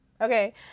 Okay